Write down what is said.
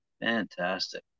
Fantastic